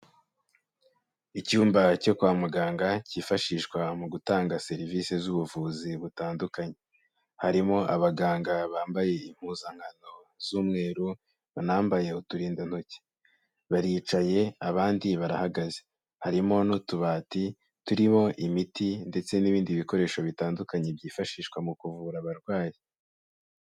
Icyumba cyo kwa muganga cyifashishwa mu gutanga serivisi z'ubuvuzi butandukanye, harimo abaganga bambaye impuzankano z'umweru banambaye uturindantoki, baricaye abandi barahagaze, harimo n'utubati turimo imiti ndetse n'ibindi bikoresho bitandukanye byifashishwa mu kuvura abarwayi.